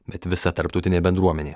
bet visa tarptautinė bendruomenė